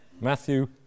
Matthew